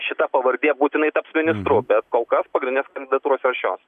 šita pavardė būtinai taps ministru bet kol kas pagrindinės kandidatūros yra šios